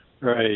Right